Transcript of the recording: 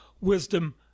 Wisdom